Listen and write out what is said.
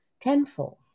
tenfold